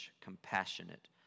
compassionate